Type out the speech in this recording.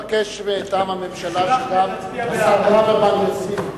אדוני מבקש מטעם הממשלה שגם השר ברוורמן יוסיף.